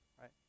right